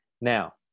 Now